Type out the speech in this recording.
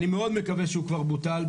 אני מאוד מקווה שהוא כבר בוטל,